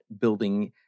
building